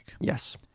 Yes